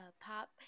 pop